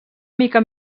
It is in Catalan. mica